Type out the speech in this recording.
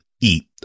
eat